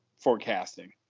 forecasting